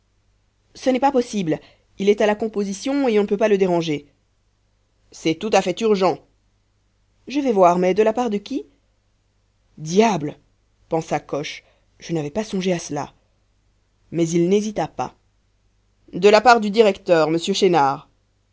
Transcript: ce n'est pas possible il est à la composition et on ne peut pas le déranger c'est tout à fait urgent je vais voir mais de la part de qui diable pensa coche je n'avais pas songé à cela mais il n'hésita pas de la part du directeur monsieur chénard